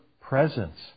presence